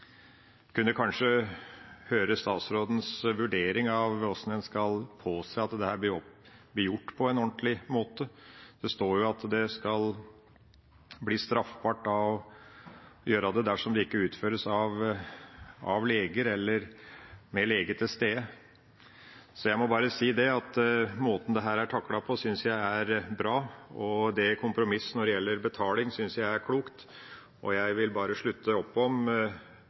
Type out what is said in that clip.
kunne kanskje få høre statsrådens vurdering med hensyn til hvordan en skal påse at dette blir gjort på en ordentlig måte. Det står at det skal være straffbart å gjøre det dersom det ikke utføres av «leger eller med lege til stede». Jeg må bare si at måten dette er taklet på, synes jeg er bra. Kompromisset når det gjelder betaling, synes jeg er klokt. Jeg vil slutte opp om